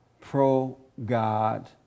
pro-God